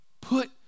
Put